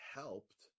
helped